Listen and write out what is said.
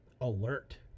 alert